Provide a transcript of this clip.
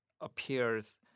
appears